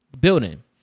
building